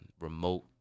remote